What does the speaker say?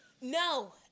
No